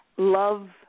Love